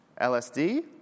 LSD